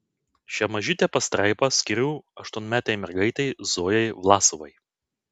šią mažytę pastraipą skiriu aštuonmetei mergaitei zojai vlasovai